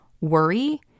worry